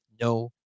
no